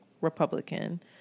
Republican